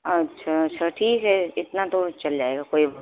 اچھا اچھا ٹھیک ہے اتنا تو چل جائے گا کوئی